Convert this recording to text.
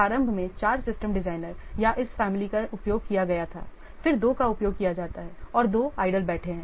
प्रारंभ में 4 system designer या इस फैमिली का उपयोग किया गया था फिर 2 का उपयोग किया जाता है और 2 बेकार बैठे हैं